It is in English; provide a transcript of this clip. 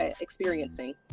experiencing